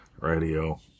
radio